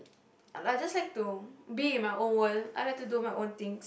I just like to be in my own world I like to do my own thing